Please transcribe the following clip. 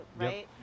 right